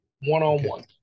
One-on-one